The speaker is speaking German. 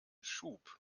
schub